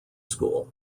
school